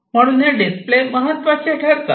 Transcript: म्हणून डिस्प्ले महत्त्वाचे ठरतात